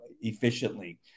efficiently